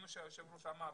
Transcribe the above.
כמו שהיושב ראש אמר,